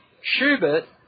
schubert